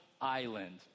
Island